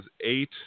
eight